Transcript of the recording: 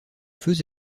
feux